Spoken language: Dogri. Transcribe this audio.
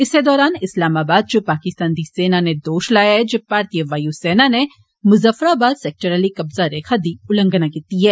इस्सै दौरन इस्लामाबाद च पाकिस्तान दी सेना नै दोश लाया ऐ जे भारतीय वाय् सेना नै मुजफराबाद सैक्टर आली कब्जा रेखा दी उल्लघंना कीती ऐ